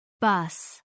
bus